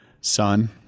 son